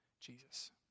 Jesus